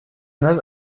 neuve